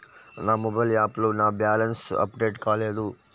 నా మొబైల్ యాప్లో నా బ్యాలెన్స్ అప్డేట్ కాలేదు